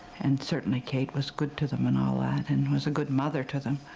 and certainly kate was good to them and all that, and was a good mother to them.